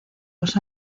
los